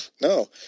no